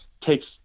takes